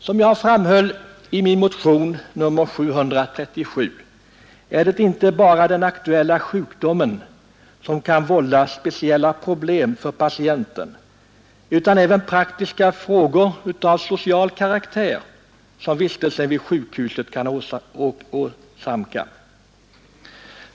Som jag framhåller i min motion nr 737 är det inte bara den aktuella sjukdomen som kan vålla speciella problem för patienten utan även praktiska frågor av social karaktär som vistelsen vid sjukhuset kan föranleda.